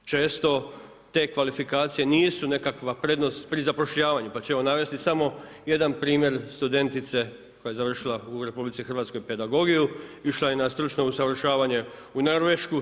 Često te kvalifikacije nisu nekakva prednost pri zapošljavanju, pa ćemo navesti samo jedan primjer studentice koja je završila u RH pedagogiju, išla je na stručno usavršavanje u Norvešku.